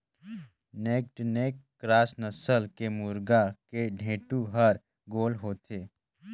naked neck cross नसल के मुरगा के ढेंटू हर गोल होथे